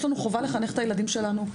יש לנו חובה לחנך את הילדים שלנו,